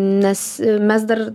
nes mes dar